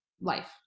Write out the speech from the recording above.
life